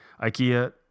IKEA